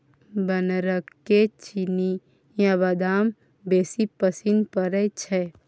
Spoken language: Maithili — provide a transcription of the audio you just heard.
बानरके चिनियाबदाम बेसी पसिन पड़य छै